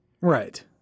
right